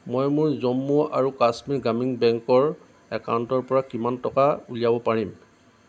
মই মোৰ জম্মু আৰু কাশ্মীৰ গ্ৰামীণ বেংকৰ একাউণ্টৰ পৰা কিমান টকা উলিয়াব পাৰিম